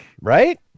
right